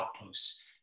outposts